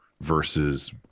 versus